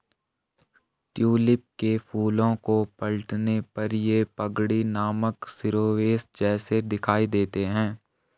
tulip के फूलों को पलटने पर ये पगड़ी नामक शिरोवेश जैसे दिखाई देते हैं